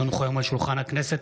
כי הונחו היום על שולחן הכנסת,